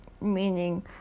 meaning